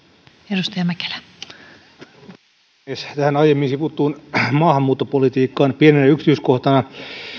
arvoisa puhemies tähän aiemmin sivuttuun maahanmuuttopolitiikkaan pienenä yksityiskohtana